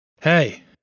Hey